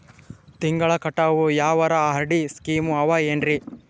ತಿಂಗಳ ಕಟ್ಟವು ಯಾವರ ಆರ್.ಡಿ ಸ್ಕೀಮ ಆವ ಏನ್ರಿ?